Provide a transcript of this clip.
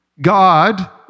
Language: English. God